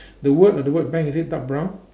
the word of the word bank is it dark brown